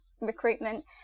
recruitment